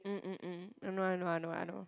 mm mmm mm I know I know I know I know